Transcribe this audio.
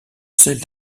celle